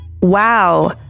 wow